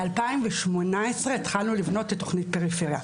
ב-2018 התחלנו לבנות את תכנית פריפריה.